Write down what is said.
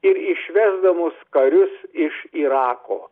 ir išvesdamos karius iš irako